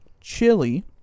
chili